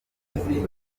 tuziranye